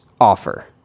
offer